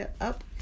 up